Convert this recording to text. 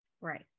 Right